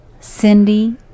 Cindy